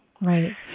Right